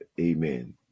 Amen